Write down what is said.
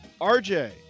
RJ